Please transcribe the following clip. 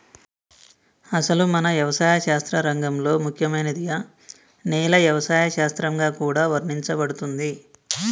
అసలు మన యవసాయ శాస్త్ర రంగంలో ముఖ్యమైనదిగా నేల యవసాయ శాస్త్రంగా కూడా వర్ణించబడుతుంది